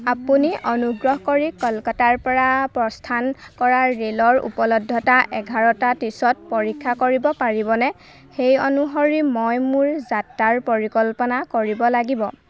আপুনি অনুগ্ৰহ কৰি কলকাতাৰ পৰা প্ৰস্থান কৰা ৰেলৰ উপলব্ধতা এঘাৰটা ত্ৰিছত পৰীক্ষা কৰিব পাৰিবনে সেই অনুসৰি মই মোৰ যাত্ৰাৰ পৰিকল্পনা কৰিব লাগিব